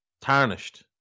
tarnished